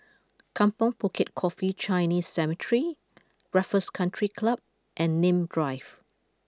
Kampong Bukit Coffee Chinese Cemetery Raffles Country Club and Nim Drive